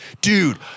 dude